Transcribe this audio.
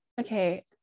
okay